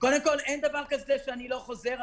קודם כול, אין דבר כזה שאני לא חוזר.